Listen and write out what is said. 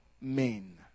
men